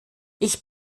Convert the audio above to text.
ich